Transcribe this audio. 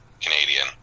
Canadian